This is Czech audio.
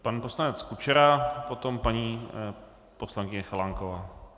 Pan poslanec Kučera, potom paní poslankyně Chalánková.